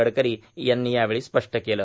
गडकरी यांनी यावेळी स्पष्ट केले